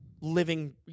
living